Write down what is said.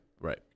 Right